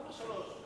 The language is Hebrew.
למה שלוש?